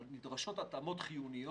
אבל נדרשות התאמות חיוניות.